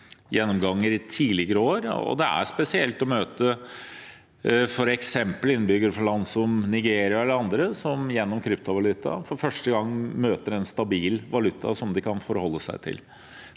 gjennomganger i tidligere år. Det er spesielt å møte f.eks. innbyggere fra land som Nigeria eller andre land som gjennom kryptovaluta for første gang møter en stabil valuta som de kan forholde seg til.